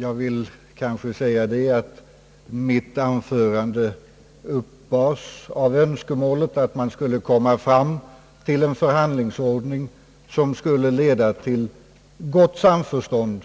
Jag vill emellertid säga att mitt anförande uppbars av önskemålet att man skulle komma fram till en förhandlingsordning som skulle leda till gott samförstånd